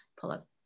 pull-up